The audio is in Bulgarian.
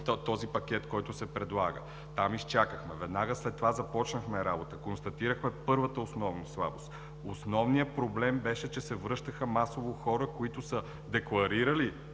този пакет, който се предлага. Там изчакахме. Веднага след това започнахме работа. Констатирахме първата основна слабост. Основният проблем беше, че масово се връщаха хора, които са декларирали